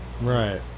Right